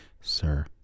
sir